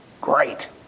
great